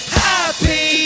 happy